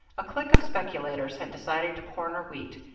a clique of speculators had decided to corner wheat,